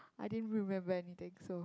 I didn't remember anything so